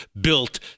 built